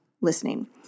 listening